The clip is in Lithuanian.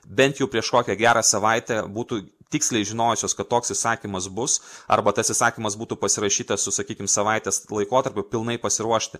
bent jau prieš kokią gerą savaitę būtų tiksliai žinojusios kad toks įsakymas bus arba tas įsakymas būtų pasirašytas su sakykim savaitės laikotarpiu pilnai pasiruošti